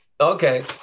Okay